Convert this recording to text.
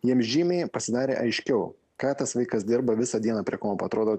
jiem žymiai pasidarė aiškiau ką tas vaikas dirba visą dieną prie kompo atrodo